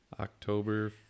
October